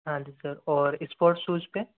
हाँ जी सर और इस्पोर्ट सूज पे